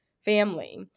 family